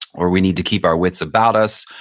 or we need to keep our wits about us.